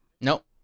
Nope